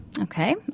Okay